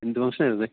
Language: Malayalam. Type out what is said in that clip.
എന്ത് ഫങ്ഷനായിരുന്നു